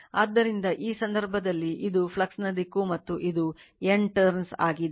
ಆದ್ದರಿಂದ ಈ ಸಂದರ್ಭದಲ್ಲಿ ಇದು ಫ್ಲಕ್ಸ್ನ ದಿಕ್ಕು ಮತ್ತು ಇದು N turn ಆಗಿದೆ